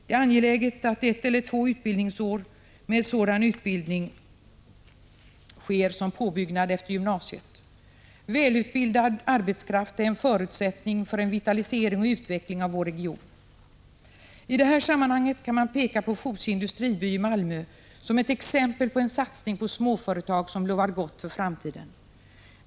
Det är angeläget att ett eller två år med sådan utbildning sker som påbyggnad efter gymnasiet. Välutbildad arbetskraft är en förutsättning för en vitalisering och utveckling av vår region. I det här sammanhanget kan man peka på Fosie industriby i Malmö som ett exempel på en satsning på småföretag som lovar gott för framtiden.